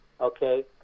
okay